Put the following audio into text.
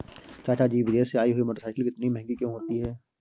चाचा जी विदेश से आई हुई मोटरसाइकिल इतनी महंगी क्यों होती है?